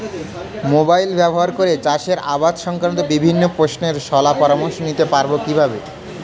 Mobile ব্যাবহার করে চাষের আবাদ সংক্রান্ত বিভিন্ন প্রশ্নের শলা পরামর্শ নিতে পারবো কিভাবে?